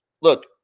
Look